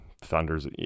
thunders